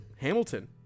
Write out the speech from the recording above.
Hamilton